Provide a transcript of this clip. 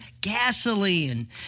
gasoline